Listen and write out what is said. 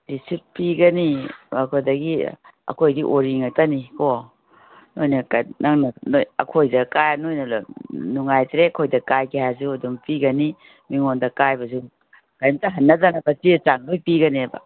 receipt ꯄꯤꯒꯅꯤ ꯑꯗꯒꯤ ꯑꯩꯈꯣꯏꯒꯤ ꯑꯣꯔꯤ ꯉꯥꯛꯇꯅꯤꯀꯣ ꯅꯣꯏꯅ ꯅꯪꯅ ꯑꯩꯈꯣꯏꯗ ꯅꯣꯏꯅ ꯅꯨꯡꯉꯥꯏꯇ꯭ꯔꯦ ꯑꯩꯈꯣꯏꯗ ꯀꯥꯏꯒꯦ ꯍꯥꯏꯔꯁꯨ ꯑꯗꯨꯝ ꯄꯤꯒꯅꯤ ꯃꯤꯉꯣꯟꯗ ꯀꯥꯏꯕꯁꯦ ꯀꯩꯏꯝꯇ ꯍꯟꯅꯗꯅꯕ ꯆꯦ ꯆꯥꯡ ꯂꯣꯏ ꯄꯤꯒꯅꯦꯕ